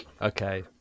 Okay